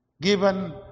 Given